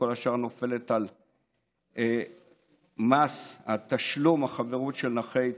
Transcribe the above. וכל השאר נופל על מס תשלום החברות של נכי צה"ל,